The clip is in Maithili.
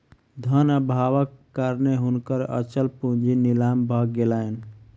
धन अभावक कारणेँ हुनकर अचल पूंजी नीलाम भ गेलैन